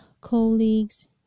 colleagues